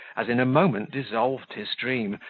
as in a moment dissolved his dream,